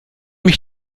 mich